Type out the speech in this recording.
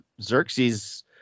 Xerxes